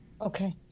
Okay